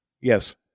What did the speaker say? Yes